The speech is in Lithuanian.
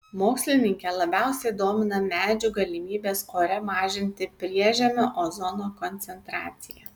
mokslininkę labiausiai domina medžių galimybės ore mažinti priežemio ozono koncentraciją